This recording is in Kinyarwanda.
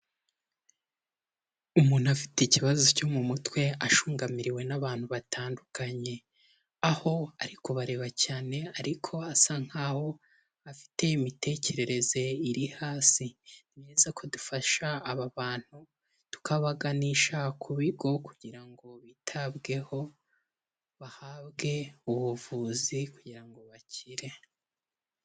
Umuntu afite ikibazo cyo mu mutwe ashungamiriwe n'abantu batandukanye. Aho ari kubareba cyane ariko asa nkaho afite imitekerereze iri hasi. Ni byiza ko dufasha aba bantu tukabaganisha ku bigo kugira ngo bitabweho, bahabwe ubuvuzi kugira ngo bakire.